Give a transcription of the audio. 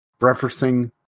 referencing